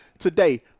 Today